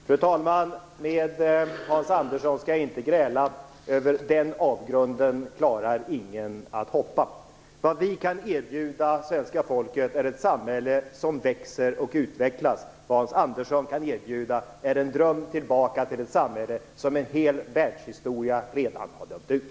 Fru talman! Med Hans Andersson skall jag inte gräla. Över den avgrunden klarar ingen att hoppa. Vad vi kan erbjuda svenska folket är ett samhälle som växer och utvecklas. Vad Hans Andersson kan erbjuda är en dröm om ett samhälle som en hel världshistoria redan har dömt ut.